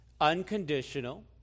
unconditional